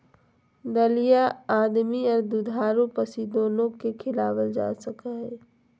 दलिया आदमी आर दुधारू पशु दोनो के खिलावल जा हई,